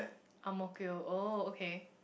Ang-Mo-Kio oh okay